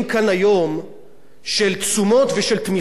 על תשומות ועל תמיכה ציבורית בתקשורת,